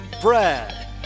Brad